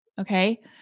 okay